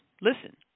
listen